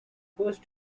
first